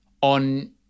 on